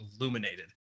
illuminated